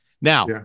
Now